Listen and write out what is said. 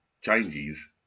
changes